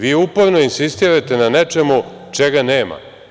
Vi uporno insistirate na nečemu čega nema.